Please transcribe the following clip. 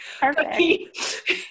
Perfect